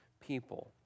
people